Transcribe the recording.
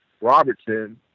Robertson